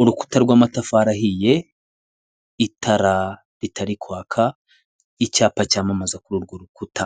Urukuta rw'amatafari ahiye itara ritari kwaka icyapa cyamamaza kururwo rukuta